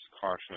caution